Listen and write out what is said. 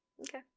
okay